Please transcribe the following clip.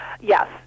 Yes